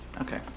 Okay